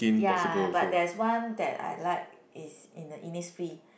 ya but there's one that I like is in the Innisfree